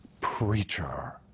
Preacher